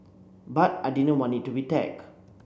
but I didn't want it to be tag